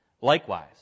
Likewise